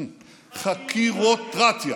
חקירות-קרטיה.